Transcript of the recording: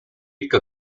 ikka